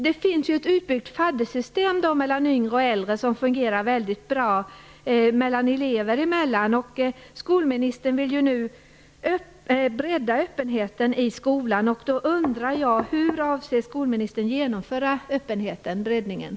Det finns i dag ett utbyggt faddersystem där äldre elever tar hand om yngre, vilket fungerar väldigt bra. Skolministern vill ju nu bredda öppenheten i skolan, och jag undrar hur skolministern avser att genomföra denna bredare öppenhet.